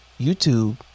YouTube